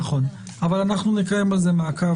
נכון, אבל אנחנו נקיים על זה מעקב.